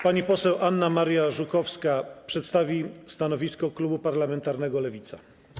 Pani poseł Anna Maria Żukowska przedstawi stanowisko klubu parlamentarnego Lewica.